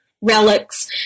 relics